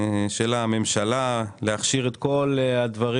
מטרת החוק היא לאפשר לממשלה לאשר כניסה של נשים לכותל.